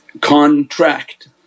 contract